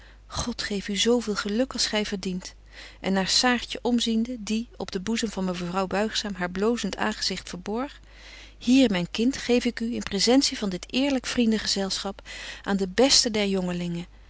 god geef u zo veel geluk als gy verdient en naar saartje omziende die op den boezem van mevrouw buigzaam haar blozent aangezigt verborg hier myn kind geef ik u in presentie van dit eerlyk vrienden gezelschap aan den besten der